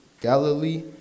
Galilee